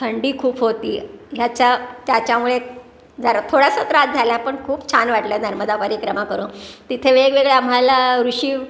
थंडी खूप होती ह्याच्या त्याच्यामुळे जरा थोडासा त्रास झाला पण खूप छान वाटलं नर्मदा परिक्रमा करून तिथे वेगवेगळ्या आम्हाला ऋषी